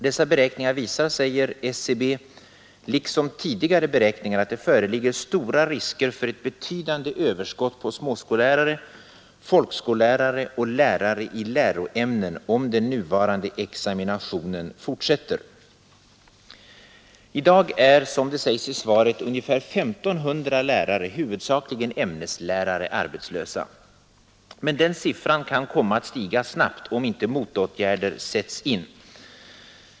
Dessa beräkningar visar, säger SCB, liksom tidigare beräkningar, att det föreligger stora risker för ett betydande överskott på småskollärare, folkskollärare och lärare i läroämnen om den nuvarande examinationen fortsätter. I dag är, som det sägs i svaret, ungefär 1 500 lärare, huvudsakligen ämneslärare, arbetslösa, men den siffran kan komma att stiga snabbt om inte motåtgärder sätts in.